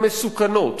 המסוכנות,